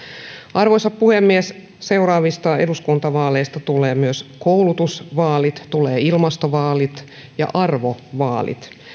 arvoisa puhemies seuraavista eduskuntavaaleista tulee myös koulutusvaalit tulee ilmastovaalit ja arvovaalit